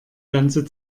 ganze